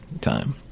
time